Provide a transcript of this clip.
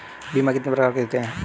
बीमा कितने प्रकार के होते हैं?